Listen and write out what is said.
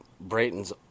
Brayton's